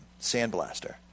sandblaster